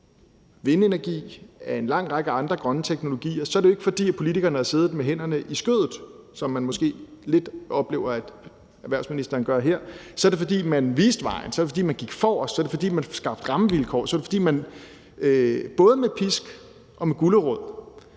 og af en lang række andre grønne teknologier, er det jo ikke, fordi politikerne har siddet med hænderne i skødet, som man måske lidt oplever erhvervsministeren gør her, så er det, fordi man viste vejen, så er det, fordi man gik forrest, så er det, fordi man skabte gode rammevilkår, så er det, fordi man både med pisk og med gulerod